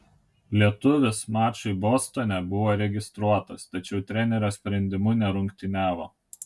lietuvis mačui bostone buvo registruotas tačiau trenerio sprendimu nerungtyniavo